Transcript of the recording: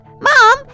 Mom